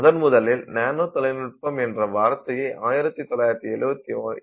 முதன்முதலில் நானோ தொழில்நுட்பம் என்ற வார்த்தையை 1974 இல் தான் பயன்படுத்தினர்